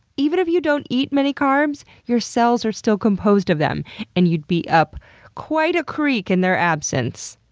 even if you don't even eat many carbs, your cells are still composed of them and you'd be up quite a creek in their absence.